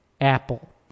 Apple